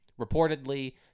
reportedly—